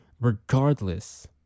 Regardless